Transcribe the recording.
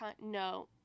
no